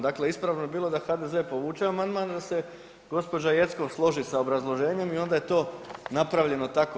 Dakle, ispravno bi bilo da HDZ povuče amandman, da se gospođa Jeckov složi sa obrazloženjem i onda je to napravljeno tako.